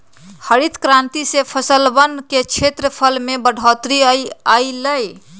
हरित क्रांति से फसलवन के क्षेत्रफल में बढ़ोतरी अई लय